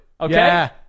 Okay